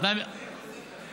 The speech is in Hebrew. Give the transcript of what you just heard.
זו כבר תוספת שלך.